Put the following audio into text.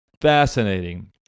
fascinating